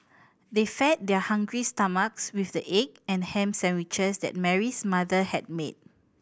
they fed their hungry stomachs with the egg and ham sandwiches that Mary's mother had made